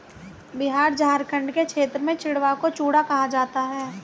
बिहार झारखंड के क्षेत्र में चिड़वा को चूड़ा कहा जाता है